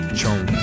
chomp